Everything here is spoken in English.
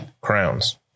crowns